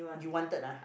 you wanted ah